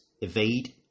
evade